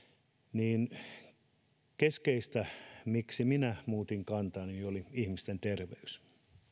niin keskeistä miksi minä muutin kantani oli ihmisten terveys